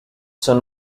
son